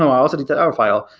um i also need that other file.